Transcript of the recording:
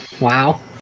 Wow